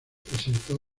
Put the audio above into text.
presentó